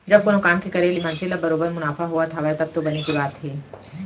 जब कोनो काम के करे ले मनसे ल बरोबर मुनाफा होवत हावय तब तो बने के बात हे